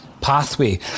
pathway